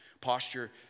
posture